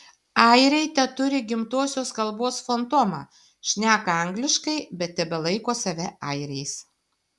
airiai teturi gimtosios kalbos fantomą šneka angliškai bet tebelaiko save airiais